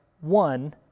one